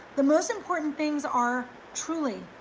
the most important things are truly,